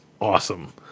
awesome